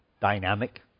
dynamic